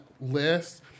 list